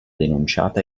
denunciata